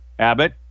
Abbott